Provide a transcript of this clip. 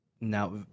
now